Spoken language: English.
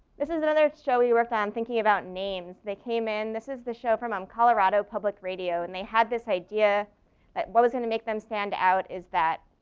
this is another show you work. i'm thinking about names they came in. this is the show from um colorado public radio and they had this idea what was gonna make them stand out is that,